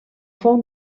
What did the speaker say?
fou